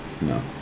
No